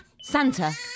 Santa